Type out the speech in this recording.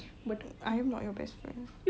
but I am not your best friend